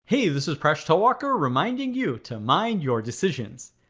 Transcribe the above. hey, this is presh talwalkar, reminding you to mind your decisions.